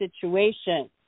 situation